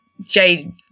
jade